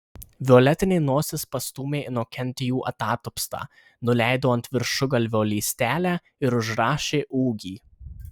violetinė nosis pastūmė inokentijų atatupstą nuleido ant viršugalvio lystelę ir užrašė ūgį